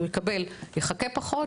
הוא יחכה פחות,